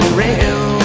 real